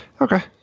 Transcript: Okay